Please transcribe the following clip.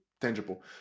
tangible